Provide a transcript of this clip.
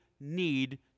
need